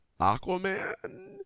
Aquaman